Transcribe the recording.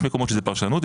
יש מקומות שזה פרשנות,